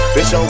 Bitch